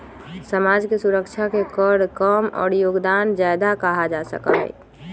समाज के सुरक्षा के कर कम और योगदान ज्यादा कहा जा सका हई